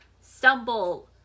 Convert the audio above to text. stumble